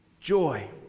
joy